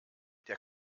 der